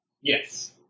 Yes